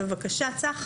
בבקשה, צח.